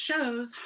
shows